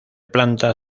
planta